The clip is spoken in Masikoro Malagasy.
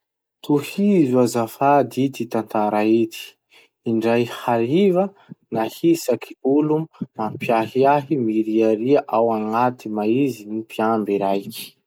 Tohizo azafady ity tantara ity: Indray hariva, nahisaky olo mampiahiahy miriaria ao agnaty maizy gny mpiamby raiky.